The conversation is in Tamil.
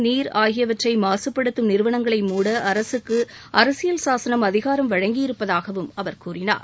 நீர் ஆகியவற்றை மாசுப்படுத்தும் நிறுவனங்களை மூட அரசுக்கு அரசியல் சாசனம் அதிகாரம் வழங்கியிருப்பதாகவும் அவர் கூறினார்